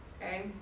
okay